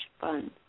fun